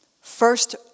first